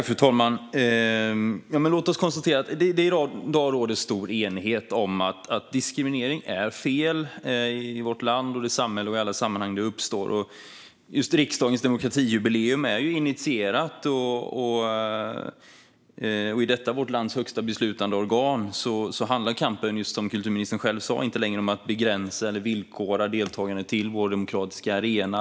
Fru talman! Låt oss konstatera att det i dag råder stor enighet om att diskriminering är fel i vårt land, i samhället och i alla sammanhang där den uppstår. Riksdagens demokratijubileum är initierat, och i detta vårt lands högsta beslutande organ handlar kampen, som kulturministern själv sa, inte längre om att begränsa eller villkora deltagandet på vår demokratiska arena.